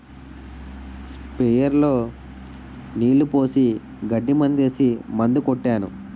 sprayer లో నీళ్లు పోసి గడ్డి మందేసి మందు కొట్టాను